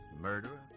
murderer